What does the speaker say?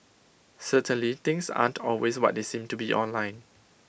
certainly things aren't always what they seem to be online